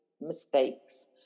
mistakes